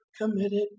committed